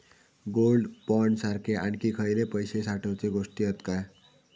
Gold bond सारखे आणखी खयले पैशे साठवूचे गोष्टी हत काय?